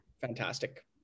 Fantastic